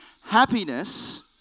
happiness